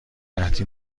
قحطی